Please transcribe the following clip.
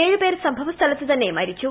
ഏഴ് പേർ സംഭവസ്ഥലത്ത് തന്നെ മരിച്ചു